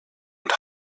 und